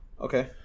Okay